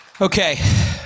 Okay